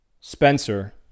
Spencer